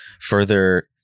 further